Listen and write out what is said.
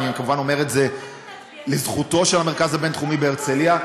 אני כמובן אומר את זה לזכותו של המרכז הבין-תחומי בהרצליה,